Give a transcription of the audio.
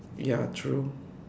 ya true